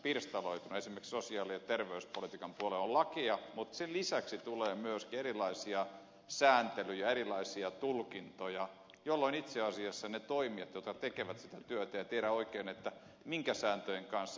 esimerkiksi sosiaali ja terveyspolitiikan puolella on lakeja mutta sen lisäksi tulee myöskin erilaisia sääntelyjä erilaisia tulkintoja jolloin itse asiassa ne toimijat jotka tekevät sitä työtä eivät tiedä oikein minkä sääntöjen kanssa pelataan